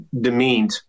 demeaned